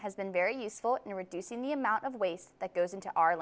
has been very useful in reducing the amount of waste that goes into our